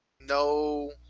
no